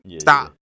Stop